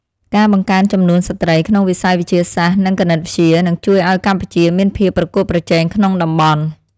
ការបង្កើនចំនួនស្ត្រីក្នុងវិស័យវិទ្យាសាស្ត្រនិងគណិតវិទ្យានឹងជួយឱ្យកម្ពុជាមានភាពប្រកួតប្រជែងក្នុងតំបន់។